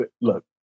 look